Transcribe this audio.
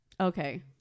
okay